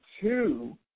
two